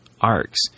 arcs